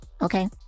okay